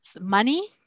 money